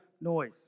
noise